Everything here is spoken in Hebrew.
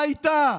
מה איתה?